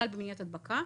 בכלל במניעת הדבקה.